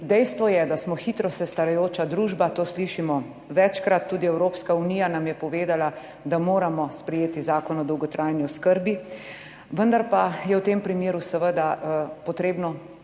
Dejstvo je, da smo hitro se starajoča družba, to slišimo večkrat, tudi Evropska unija nam je povedala da moramo sprejeti Zakon o dolgotrajni oskrbi, vendar pa je v tem primeru seveda potrebno